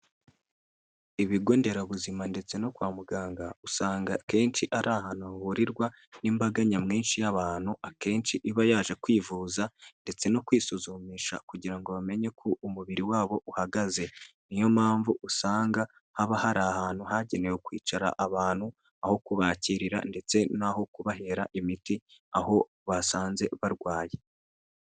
Ibigo nderabuzima ndetse no kwa muganga, usanga akenshi ari ahantu hahurirwa n'imbaga nyamwinshi y'abantu, akenshi iba yaje kwivuza ndetse no kwisuzumisha kugira ngo bamenye uko umubiri wabo uhagaze. Ni yo mpamvu usanga haba hari ahantu hagenewe kwicara abantu, aho kubakirira ndetse n'aho kubahera imiti, aho basanze barwaye.